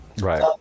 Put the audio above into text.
Right